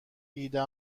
ایده